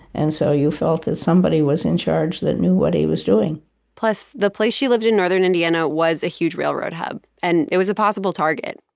and so you felt that somebody was in charge that knew what he was doing plus, the place she lived in northern indiana was a huge railroad hub and it was a possible target.